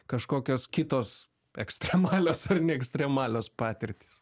kažkokios kitos ekstremalios ar ne ekstremalios patirtys